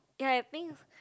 ya I think